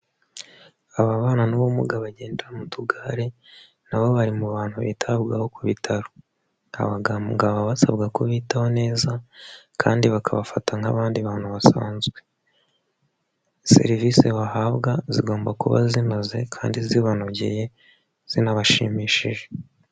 Ababana n'ubumuga bagendera mu tugare na bo bari mu bantu bitabwaho ku bitaro. Abaganga baba basabwa kubitaho neza kandi bakabafata nk'abandi bantu basanzwe. Serivise bahabwa zigomba kuba zinoze kandi zibanogeye, zinabashimishije.